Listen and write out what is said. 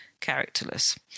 characterless